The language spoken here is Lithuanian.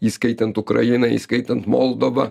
įskaitant ukrainą įskaitant moldovą